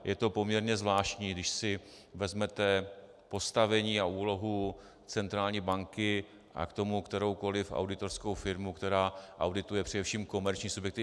Je to poměrně zvláštní, když si vezmete postavení a úlohu centrální banky a k tomu kteroukoli auditorskou firmu, která audituje především komerční subjekty.